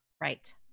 right